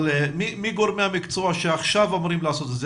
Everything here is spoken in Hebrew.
אבל מי גורמי המקצוע שעכשיו אמורים לעשות את זה?